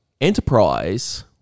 Enterprise